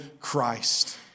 Christ